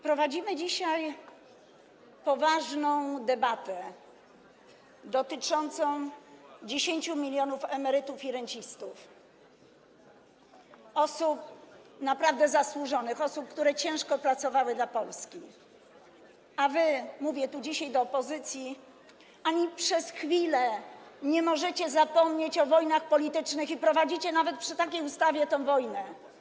Prowadzimy dzisiaj poważną debatę dotyczącą 10 mln emerytów i rencistów, osób naprawdę zasłużonych, osób, które ciężko pracowały dla Polski, a wy - mówię tu do opozycji - nawet przez chwilę nie możecie zapomnieć o wojnach politycznych i prowadzicie nawet przy takiej ustawie taką wojnę.